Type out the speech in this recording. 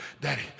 Daddy